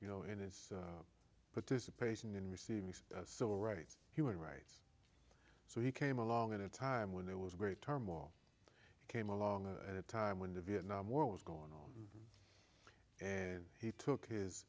you know in his participation in receiving civil rights human rights so he came along at a time when there was great turmoil came along at a time when the vietnam war was going on and he took his